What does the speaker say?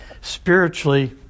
spiritually